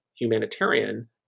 humanitarian